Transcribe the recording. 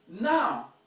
Now